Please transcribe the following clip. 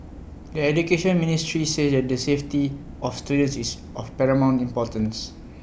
the Education Ministry says the safety of students is of paramount importance